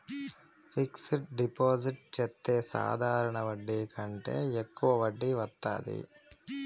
fixed deposit చెత్తే సాధారణ వడ్డీ కంటే యెక్కువ వడ్డీ వత్తాది